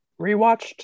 Rewatched